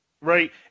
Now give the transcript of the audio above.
right